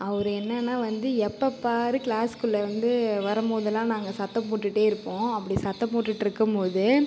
அவர் என்னென்னா வந்து எப்போ பார் கிளாஸ்க்குள்ள வந்து வரும் போதெலாம் நாங்கள் சத்தம் போட்டுகிட்டே இருப்போம் அப்படி சத்தம் போட்டுகிட்டு இருக்கும் போது